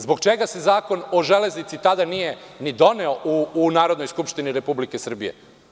Zbog čega se Zakon o železnici tada nije ni doneo u Narodnoj skupštini Republike Srbije?